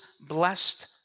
blessed